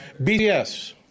BDS